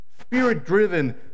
Spirit-driven